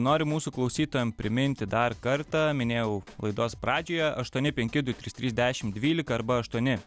noriu mūsų klausytojam priminti dar kartą minėjau laidos pradžioje aštuoni penki du trys trys dešimt dvylika arba aštuoni